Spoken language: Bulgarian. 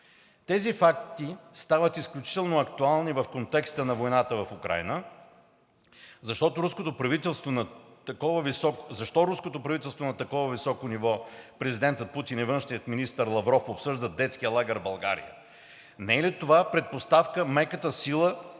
Тези факти стават изключително актуални в контекста на войната в Украйна. Защо руското правителство на такова високо ниво – президентът Путин и външният министър Лавров, обсъждат детския лагер в България? Не е ли това предпоставка меката сила